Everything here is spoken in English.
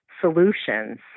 solutions